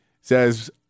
says